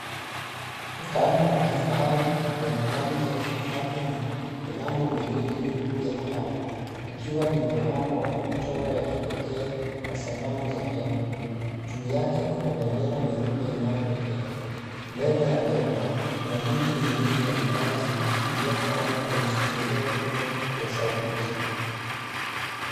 Hekalu la kifahari lenye rangi ya dhahabu na milango miwili mikuu ya mbao likiwa limepamwa kwa michoro ya kipekee na sanamu za tembo. Juu yake kuna bendera nyeupe inayopepea. Mbele ya jengo, kuna miti miwili ya minazi iliyopandwa kwenye sufuria kubwa za saruji.